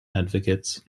advocates